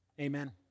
Amen